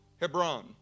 Hebron